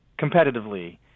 competitively